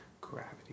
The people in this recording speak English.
Gravity